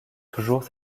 toujours